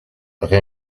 quatre